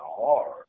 hard